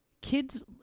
Kids